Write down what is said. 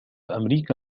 أمريكا